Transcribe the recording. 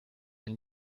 denn